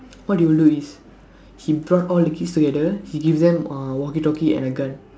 what he will do is he brought all the kids together he gives them uh walkie talkie and a gun